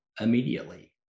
immediately